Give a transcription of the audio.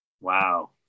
Wow